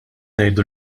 ngħidu